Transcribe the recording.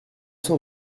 cent